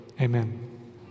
Amen